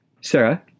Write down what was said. Sarah